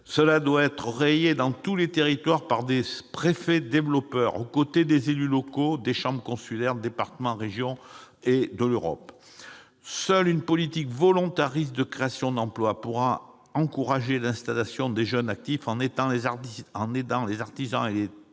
doit être relayée dans les territoires par des « préfets développeurs », aux côtés des élus locaux, des chambres consulaires, des départements, des régions et des fonds européens. Seule une politique volontariste de création d'emplois pourra encourager l'installation de jeunes actifs en aidant les artisans et les TPE